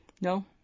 no